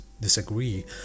disagree